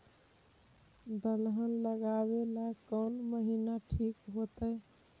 दलहन लगाबेला कौन महिना ठिक होतइ?